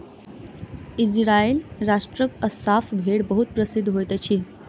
Israel राष्ट्रक Assaf भेड़ बहुत प्रसिद्ध होइत अछि